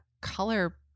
color